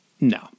no